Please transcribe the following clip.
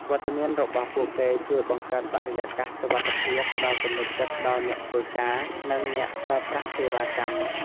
វត្តមានរបស់ពួកគេជួយបង្កើតបរិយាកាសសុវត្ថិភាព ផ្ដល់ទំនុកចិត្តដល់អ្នកធ្វើការ និងអ្នកប្រើប្រាស់សេវាកម្ម។